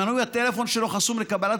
לצרכן שמנוי הטלפון שלו חסום לקבלת